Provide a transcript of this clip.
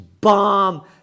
bomb